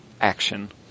action